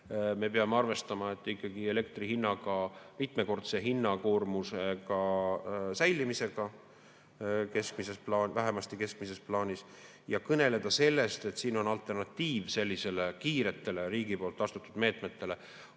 Me peame arvestama ikkagi elektri puhul mitmekordse hinnakoormuse säilimisega vähemasti keskmises plaanis. Kõneleda sellest, et on alternatiiv sellistele kiiretele riigi poolt võetud meetmetele,